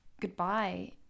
goodbye